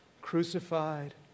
crucified